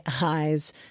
eyes